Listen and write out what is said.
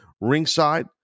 ringside